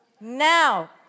now